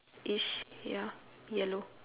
ish ya yellow